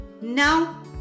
Now